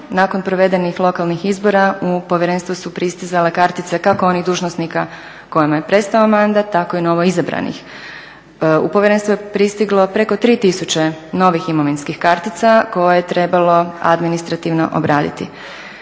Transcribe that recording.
Nakon provedenih lokalnih izbora u povjerenstvo su pristizale kartice kako onih dužnosnika kojima je prestao mandat, tako i novoizabranih. U povjerenstvo je pristiglo preko 3000 novih imovinskih kartica koje je trebalo administrativno obraditi.